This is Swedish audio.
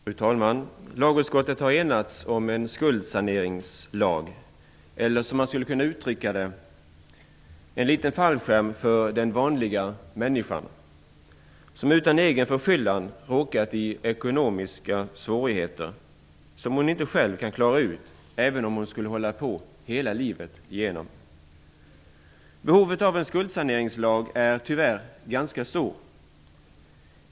Fru talman! Lagutskottet har enats om en skuldsaneringslag eller, som man skulle kunna uttrycka det, en liten fallskärm för den vanliga människan, som utan egen förskyllan råkat i ekonomiska svårigheter, som hon inte själv kan klara ut, även om hon skulle hålla på att betala hela livet ut. Behovet av en skuldsaneringslag är tyvärr ganska stort.